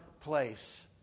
place